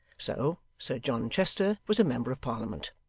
so sir john chester was a member of parliament.